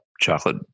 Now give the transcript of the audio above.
chocolate